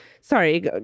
sorry